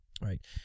right